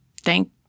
Thank